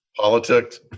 Politics